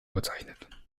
bezeichnet